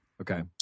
okay